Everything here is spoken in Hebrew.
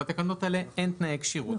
בתקנות האלה אין תנאי כשירות.